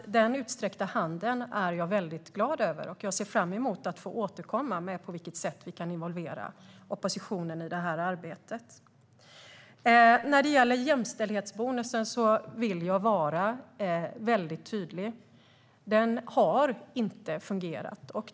Den utsträckta handen är jag väldigt glad över, och jag ser fram emot att få återkomma med på vilket sätt vi kan involvera oppositionen i det här arbetet. När det gäller jämställdhetsbonusen vill jag vara väldigt tydlig. Den har inte fungerat.